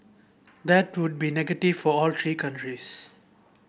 that would be negative for all three countries